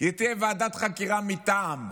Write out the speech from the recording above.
תהיה ועדת חקירה מטעם,